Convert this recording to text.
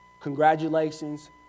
congratulations